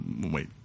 wait